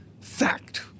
fact